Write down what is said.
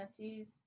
NFTs